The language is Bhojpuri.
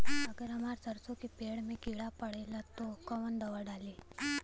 अगर हमार सरसो के पेड़ में किड़ा पकड़ ले ता तऽ कवन दावा डालि?